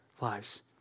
lives